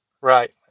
Right